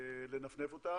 לנפנף אותה.